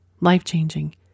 life-changing